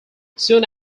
soon